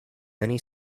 many